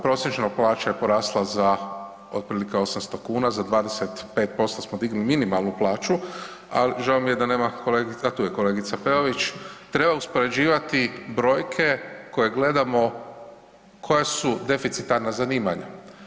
Prosječno plaća je porasla za otprilike 800 kuna, za 25% smo dignuli minimalnu plaću, a žao mi je da nema kolegice, a tu je kolegica Peović, treba uspoređivati brojke koje gledamo koja su deficitarna zanimanja.